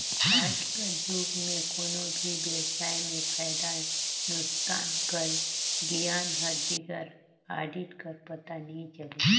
आएज कर जुग में कोनो भी बेवसाय में फयदा नोसकान कर गियान हर बिगर आडिट कर पता नी चले